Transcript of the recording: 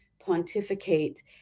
pontificate